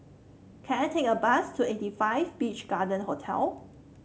can I take a bus to eighty five Beach Garden Hotel